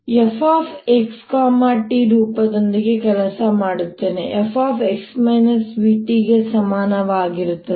ನಾನು ಈಗ f xt ರೂಪದೊಂದಿಗೆ ಕೆಲಸ ಮಾಡುತ್ತೇನೆ f ಗೆ ಸಮಾನವಾಗಿರುತ್ತದೆ